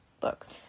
books